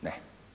Ne.